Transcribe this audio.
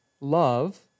love